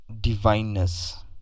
divineness